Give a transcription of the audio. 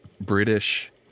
British